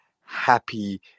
happy